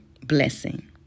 Blessing